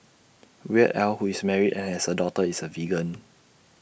Weird al who is married and has A daughter is A vegan